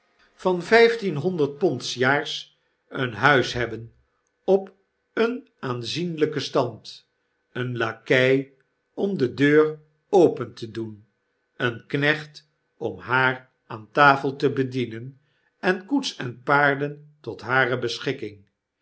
van het conteact vijftienhonderd pond s jaars een huis hebben op een aanzienlpen stand een lakei om de deur open te doen een knecht om haar aan tafel te bedienen en koets en paarden tot hare beschikking